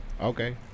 Okay